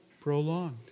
prolonged